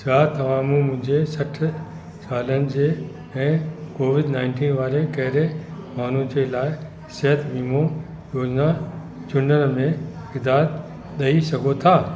छा तव्हां मूं मुंहिंजे सठ सालनि जे ऐं कोविड नाइंटीन वारे कहिड़े माण्हू जे लाइ सिहत वीमो योजना चूंडण में हिदायत ॾेई सघो था